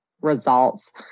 results